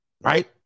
right